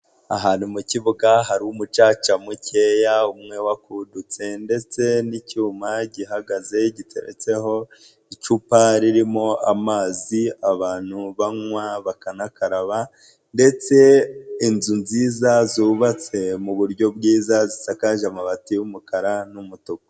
Ahantu mu kibuga hari umucaca mukeya umwe wakudutse ndetse n'icyuma gihagaze giteretseho, icupa ririmo amazi abantu banywa bakanakaraba ndetse inzu nziza zubatse mu buryo bwiza zisakaje amabati y'umukara n'umutuku.